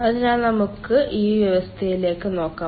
അതിനാൽ നമുക്ക് ഈ വ്യവസ്ഥയിലേക്ക് നോക്കാം